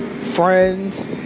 friends